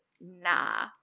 nah